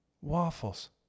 waffles